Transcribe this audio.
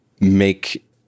make